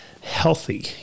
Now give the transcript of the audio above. healthy